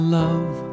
love